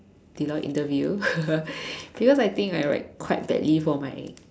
Deloitte interview because I think I write quite badly for my